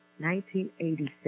1986